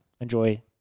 Enjoy